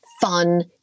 fun